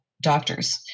doctors